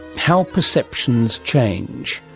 how perceptions change.